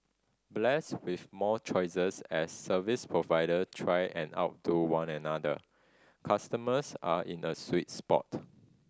blessed with more choices as service provider try and outdo one another customers are in a sweet spot